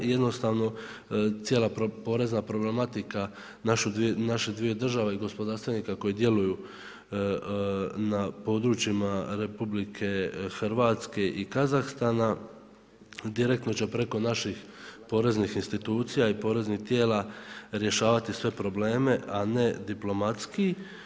I jednostavno cijela porezna problematika naše dvije države i gospodarstvenika koji djeluju na područjima RH i Kazahstana direktno će preko naših poreznih institucija i poreznih tijela rješavati sve probleme, a ne diplomatski.